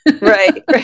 Right